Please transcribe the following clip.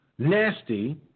Nasty